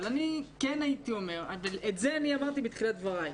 את זה הבנתי בתחילת דבריך.